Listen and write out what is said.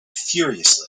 furiously